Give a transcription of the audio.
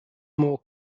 more